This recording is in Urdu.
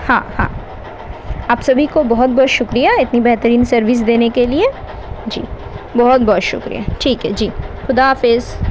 ہاں ہاں آپ سبھی کو بہت بہت شکریہ اتنی بہترین سروس دینے کے لیے جی بہت بہت شکریہ ٹھیک ہے جی خدا حافظ